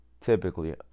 Typically